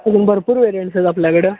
अजून भरपूर व्हेरियंट्स आहेत आपल्याकडं